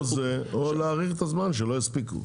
או זה או להאריך את הזמן שלא הספיקו.